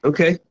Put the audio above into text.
Okay